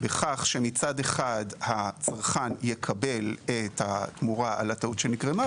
שמצד אחד הצרכן יקבל את התמורה על הטעות שנגרמה,